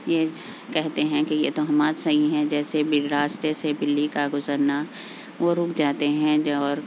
یہ کہتے ہیں کہ یہ تہمات صحیح ہیں جیسے راستہ سے بلی کا گزرنا وہ رک جاتے ہیں جو اور